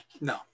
No